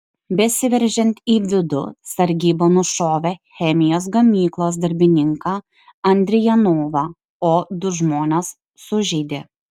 besiveržiant į vidų sargyba nušovė chemijos gamyklos darbininką andrijanovą o du žmones sužeidė